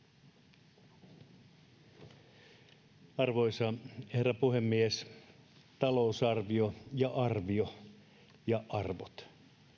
arvoisa herra puhemies talousarvio ja arvio ja arvot